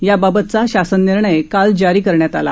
याबाबतचा शासन निर्णय काल जारी करण्यात आला